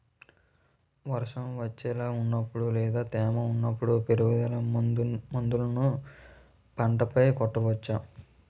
వర్షం వచ్చేలా వున్నపుడు లేదా తేమగా వున్నపుడు పురుగు మందులను పంట పై కొట్టవచ్చ?